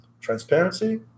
Transparency